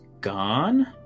gone